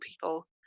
people